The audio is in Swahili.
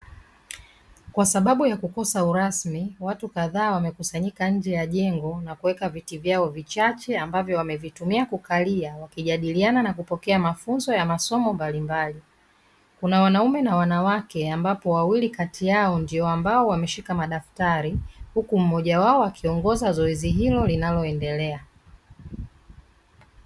Kwa sababu ya kukosa urasmi; watu kadhaa wamekusanyika nje ya jengo na kuweka viti vyao vichache; ambavyo wamevitumia kukalia, wakijadiliana na kupokea mafunzo ya masomo mbalimbali. Kuna wanaume na wanawake ambapo wawili kati yao ndio ambao wameshika madaftari, huku mmoja wao akiongoza zoezi hilo linaloendelea.